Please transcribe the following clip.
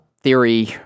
theory